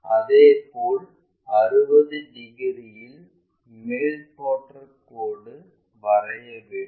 அதேபோல் 60 டிகிரியில் மேல் தோற்ற கோடு வரைய வேண்டும்